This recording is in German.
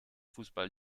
fußball